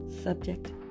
subject